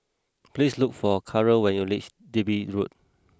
please look for Karyl when you least Digby Road